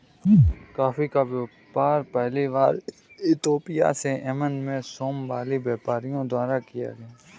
coffee का व्यापार पहली बार इथोपिया से यमन में सोमाली व्यापारियों द्वारा किया गया